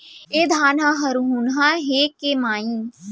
ए धान ह हरूना हे के माई?